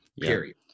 period